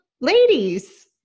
ladies